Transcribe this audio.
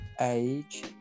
age